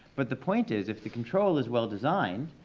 but the point is, if the control is well-designed,